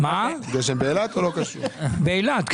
באילת.